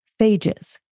phages